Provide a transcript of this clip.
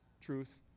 truth